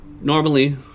Normally